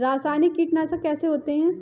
रासायनिक कीटनाशक कैसे होते हैं?